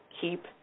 keep